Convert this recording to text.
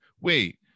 wait